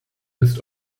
ist